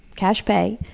cash pay,